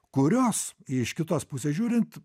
kurios iš kitos pusės žiūrint